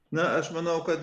na aš manau kad